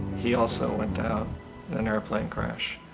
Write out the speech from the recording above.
he also went down in an airplane crash,